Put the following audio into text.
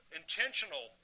intentional